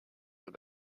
were